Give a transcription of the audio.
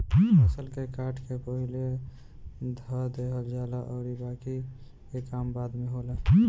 फसल के काट के पहिले धअ देहल जाला अउरी बाकि के काम बाद में होला